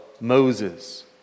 Moses